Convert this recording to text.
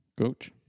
Coach